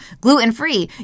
gluten-free